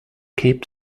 keep